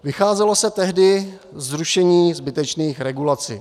Vycházelo se tehdy ze zrušení zbytečných regulací.